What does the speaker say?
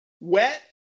wet